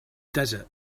desert